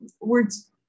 words